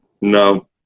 No